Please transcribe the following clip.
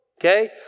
okay